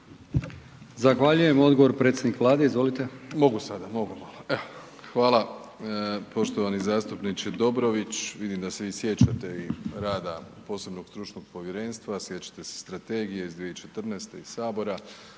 Zahvaljujem. Odgovor predsjednik Vlade, izvolite. **Plenković, Andrej (HDZ)** Mogu sada, mogu malo, evo hvala, poštovani zastupniče Dobrović, vidim da se vi sjećate i rada posebnog stručnog povjerenstva, sjećate se strategije iz 2014. i Sabora,